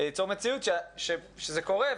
ייצור מציאות שזה קורה.